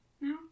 No